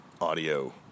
audio